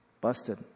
Busted